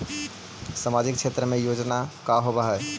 सामाजिक क्षेत्र के योजना का होव हइ?